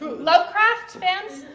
lovecraft fans,